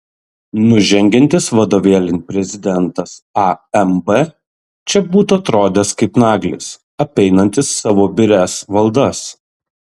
nužengiantis vadovėlin prezidentas amb čia būtų atrodęs kaip naglis apeinantis savo birias valdas